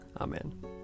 Amen